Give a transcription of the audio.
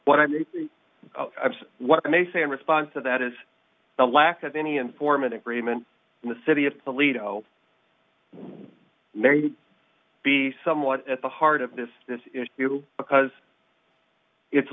what i what i may say in response to that is the lack of any informative agreement in the city of toledo mary to be somewhat at the heart of this this issue because it's